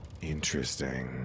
Interesting